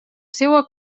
seua